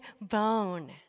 bone